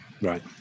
right